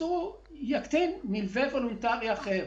הוא יקטין מלווה וולונטרי אחר.